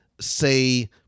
say